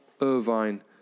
Irvine